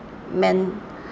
main